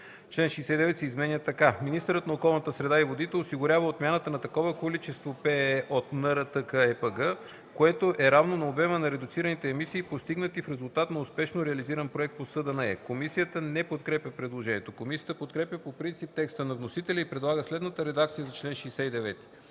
Чл. 69 се изменя така: “Чл. 69. Министърът на околната среда и водите осигурява отмяната на такова количество ПЕЕ от НРТКЕПГ, което е равно на обема на редуцираните емисии, постигнати в резултат на успешно реализиран проект по СДНЕ.” Комисията не подкрепя предложението. Комисията подкрепя по принцип текста на вносителя и предлага следната редакция за чл. 69: